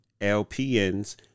LPNs